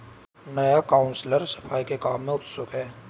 नया काउंसलर सफाई के काम में उत्सुक है